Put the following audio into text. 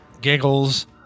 giggles